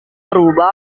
berubah